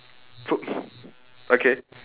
foot~ okay